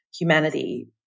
humanity